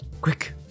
Quick